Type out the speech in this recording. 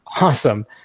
awesome